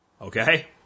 Okay